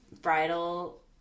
bridal